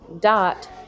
dot